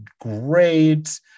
great